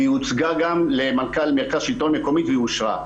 והיא הוצגה גם למנכ"ל שלטון מקומי והיא אושרה.